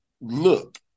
look